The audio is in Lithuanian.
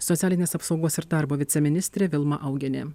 socialinės apsaugos ir darbo viceministrė vilma augienė